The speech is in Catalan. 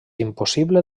impossible